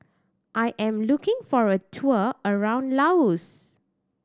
I am looking for a tour around Laos